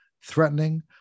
threatening